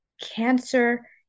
cancer